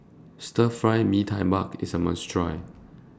Stir Fried Mee Tai Mak IS A must Try